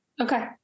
Okay